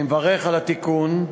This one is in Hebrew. אני מברך על התיקון,